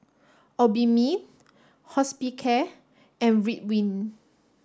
Obimin Hospicare and Ridwind